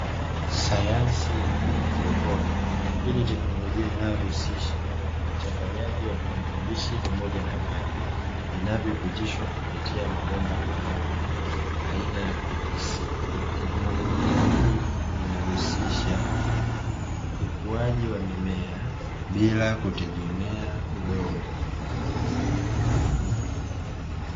Sayansi ya haidroponi hii ni tekinolojia inayohusisha uchanganganyaji wa virutubishi pamoja na maji vinavyopitishwa kupitia mabomba maalumu aina ya "PVC", tekinolojia hii inausisha ukuaji wa mimea bila kutegemea udongo.